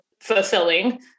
fulfilling